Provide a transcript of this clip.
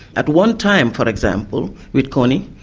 at one time, for example, with kony,